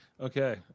Okay